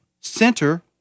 Center